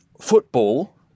football